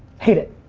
hate it.